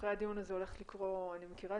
אחרי הדיון אני הולכת --- אני מכירה